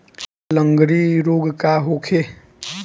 लगंड़ी रोग का होखे?